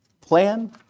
plan